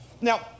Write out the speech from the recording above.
Now